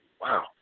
Wow